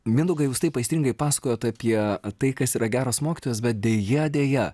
mindaugai jūs taip aistringai pasakojot apie tai kas yra geras mokytojas bet deja deja